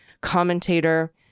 commentator